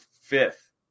fifth